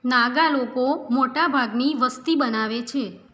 નાગા લોકો મોટાભાગની વસ્તી બનાવે છે